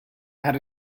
had